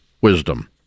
wisdom